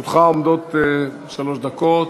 לרשותך עומדות שלוש דקות,